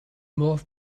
morph